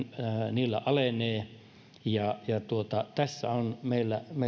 niillä alenee tässä on meillä